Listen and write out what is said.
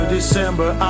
December